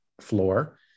floor